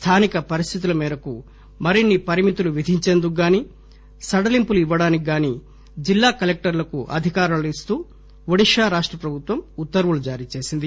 స్థానిక పరిస్థితుల మేరకు మరిన్సి పరిమితులు విధించేందుకు గానీ సడలింపులు ఇవ్వడానికి గానీ జిల్లా కలెక్టర్లకు అధికారాలు ఇస్తూ ఒడిశా రాష్ట ప్రభుత్వం ఉత్తర్వులు జారీ చేసింది